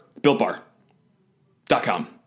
BuiltBar.com